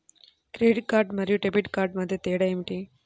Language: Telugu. క్రెడిట్ కార్డ్ మరియు డెబిట్ కార్డ్ మధ్య తేడా ఏమిటి?